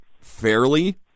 fairly